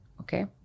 Okay